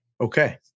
Okay